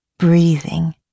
breathing